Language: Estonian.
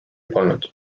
polnud